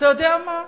אדוני היושב-ראש,